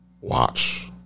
watch